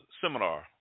seminar